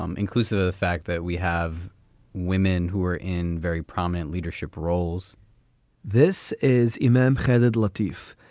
um inclusive of the fact that we have women who are in very prominent leadership roles this is a man headed latif.